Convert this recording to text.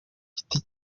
giti